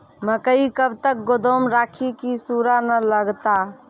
मकई कब तक गोदाम राखि की सूड़ा न लगता?